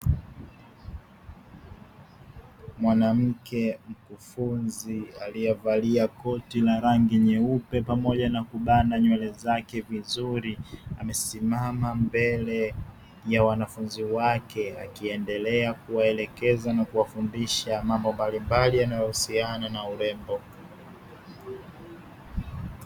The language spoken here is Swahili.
"Mwanamke mkufunzi aliyevalia koti la rangi nyeupesi pamoja na kubana nywele zake vizuri, amesimama mbele ya wanafunzi wake akiendelea kuwaelekeza na kuwafundisha mambo mbalimbali yanayohusiana na urembo.